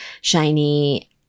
shiny